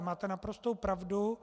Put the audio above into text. Máte naprostou pravdu.